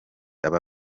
aba